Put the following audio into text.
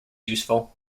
useful